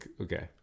okay